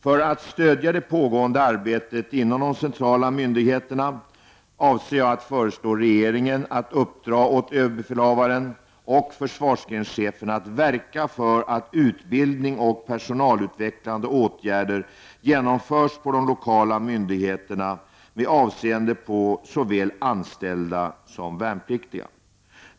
För att stödja det pågående arbetet inom de centrala myndigheterna avser jag att föreslå regeringen att uppdra åt överbefälhavaren och försvarsgrenscheferna att verka för att utbildning och personalutvecklande åtgärder genomförs på de lokala myndigheterna med avseende på såväl anställda som värnpliktiga.